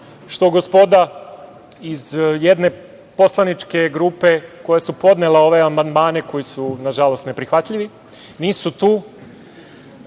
što gospoda iz jedne poslaničke grupe koji su podneli ove amandmane koji su, nažalost, neprihvatljivi nisu tu,